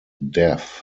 deaf